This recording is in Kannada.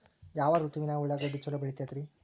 ಯಾವ ಋತುವಿನಾಗ ಉಳ್ಳಾಗಡ್ಡಿ ಛಲೋ ಬೆಳಿತೇತಿ ರೇ?